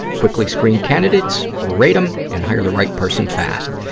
quickly screen candidates, rate them and hire the right person fast.